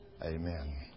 Amen